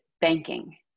banking